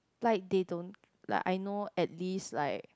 like they don't like I know at least like